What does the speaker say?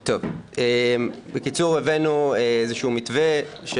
בקיצור, הבאנו איזשהו מתווה.